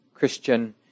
Christian